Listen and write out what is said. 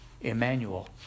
Emmanuel